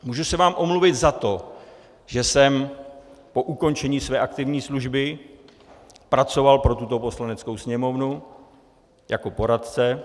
Můžu se vám omluvit za to, že jsem po ukončení své aktivní služby pracoval pro tuto Poslaneckou sněmovnu jako poradce.